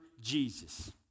Jesus